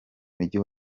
mujyi